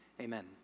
amen